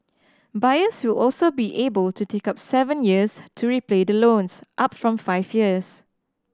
buyers will also be able to take up seven years to repay the loans up from five years